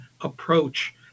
approach